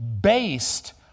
based